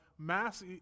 mass